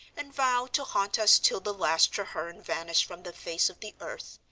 and vowed to haunt us till the last treherne vanished from the face of the earth.